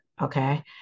okay